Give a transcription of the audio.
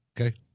okay